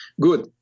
Good